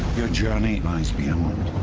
your journey lies beyond.